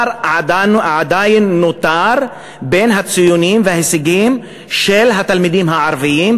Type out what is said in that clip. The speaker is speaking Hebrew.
עדיין נותר פער בין הציונים וההישגים של התלמידים הערבים,